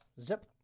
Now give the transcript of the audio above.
zip